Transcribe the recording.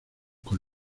con